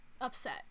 upset